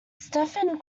stephen